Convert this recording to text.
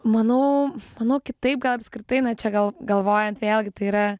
manau manau kitaip gal apskritai na čia gal galvojant vėlgi tai yra